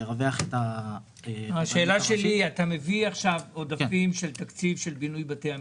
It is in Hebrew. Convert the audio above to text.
לרווח את --- אתה מביא עכשיו עודפים של תקציב בינוי בתי המשפט,